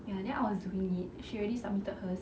ya then I was doing it she already submitted hers